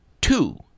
two